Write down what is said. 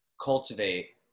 cultivate